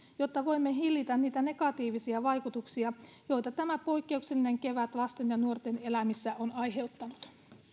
jotta voimme hillitä niitä negatiivisia vaikutuksia joita tämä poikkeuksellinen kevät lasten ja nuorten elämissä on aiheuttanut